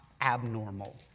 abnormal